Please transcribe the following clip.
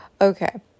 okay